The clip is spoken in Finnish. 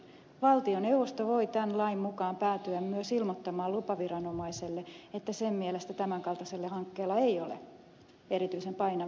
valtioneuvosto voi tämän lain mukaan päätyä myös ilmoittamaan lupaviranomaiselle että sen mielestä tämän kaltaisella hankkeella ei ole erityisen painavia syitä